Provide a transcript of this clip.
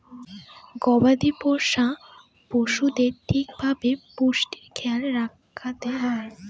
গবাদি পোষ্য পশুদের ঠিক ভাবে পুষ্টির খেয়াল রাখা হয়